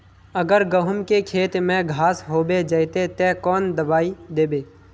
अगर गहुम के खेत में घांस होबे जयते ते कौन दबाई दबे?